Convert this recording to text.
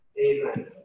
Amen